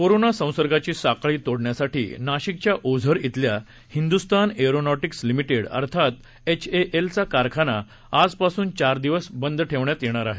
corona संसर्गाची साखळी तोडण्यासाठी नाशिकच्या ओझर श्विल्या हिंदु्स्थान एरोनॉटिक्स लिमिटेड अर्थात एच ए एलचा कारखाना आज पासून चार दिवस बंद ठेवण्यात येणार आहे